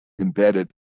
embedded